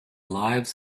lives